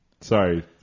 Sorry